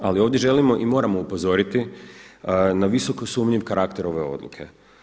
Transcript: Ali ovdje želimo i moramo upozoriti na visoko sumnjiv karakter ove odluke.